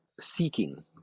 seeking